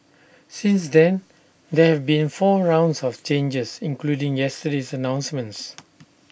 since then there have been four rounds of changes including yesterday's announcements